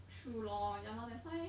true lor yeah lor that's why